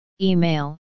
email